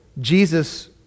Jesus